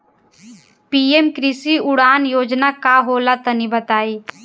PM कृषि उड़ान योजना का होला तनि बताई?